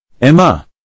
Emma